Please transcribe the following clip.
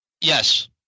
Yes